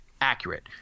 accurate